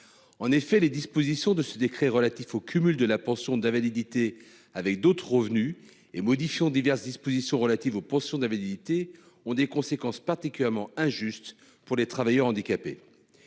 En effet les dispositions de ce décret relatif au cumul de la pension d'invalidité avec d'autres revenus et modifiant diverses dispositions relatives aux pensions d'invalidité ont des conséquences particulièrement injuste pour les travailleurs handicapés.